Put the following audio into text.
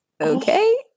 okay